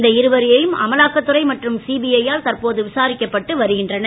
இந்த இருவரும் அமலாக்கத்துறை மற்றும் சிபிஐ யால் தற்போது விசாரிக்கப்பட்டு வருகின்றனர்